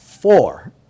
Four